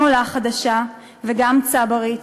גם עולה חדשה וגם צברית,